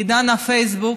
עידן הפייסבוק,